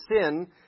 sin